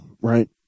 right